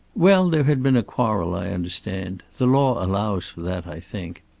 well, there had been a quarrel, i understand. the law allows for that, i think.